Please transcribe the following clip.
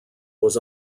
was